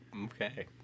Okay